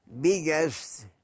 biggest